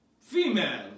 female